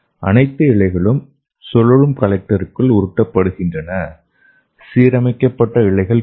அனைத்து இழைகளும் சுழலும் கலெக்டருக்குள் உருட்டப்படுகின்றன சீரமைக்கப்பட்ட இழைகள் கிடைக்கும்